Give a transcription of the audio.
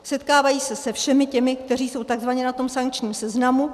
Setkávají se se všemi těmi, kteří jsou takzvaně na tom sankčním seznamu.